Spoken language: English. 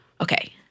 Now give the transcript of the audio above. Okay